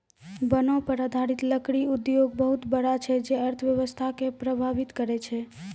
वनो पर आधारित लकड़ी उद्योग बहुत बड़ा छै जे अर्थव्यवस्था के प्रभावित करै छै